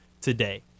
today